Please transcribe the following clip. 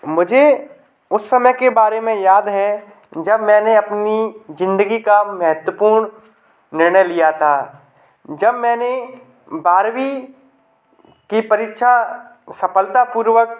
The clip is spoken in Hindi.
मुझे उस समय के बारे में याद है जब मैने अपनी जिंदगी का महत्वपूर्ण निर्णय लिया था जब मैने बारहवीं की परीक्षा सफलतापूर्वक